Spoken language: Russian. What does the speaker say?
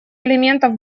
элементов